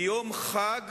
היא יום חג